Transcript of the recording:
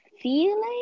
feeling